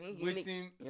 waiting